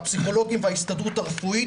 הפסיכולוגים וההסתדרות הרפואית,